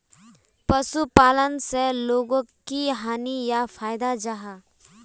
पशुपालन से लोगोक की हानि या फायदा जाहा?